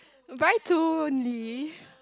buy two only